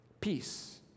Peace